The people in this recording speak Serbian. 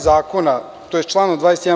Zakona, tj. članom 21.